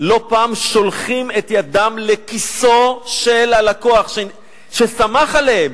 לא פעם שולחות את ידן לכיסו של הלקוח שסמך עליהן,